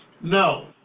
no